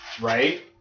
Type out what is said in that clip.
Right